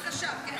בבקשה, כן.